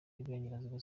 y’uburengerazuba